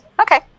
Okay